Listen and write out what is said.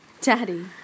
Daddy